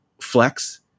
flex